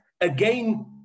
again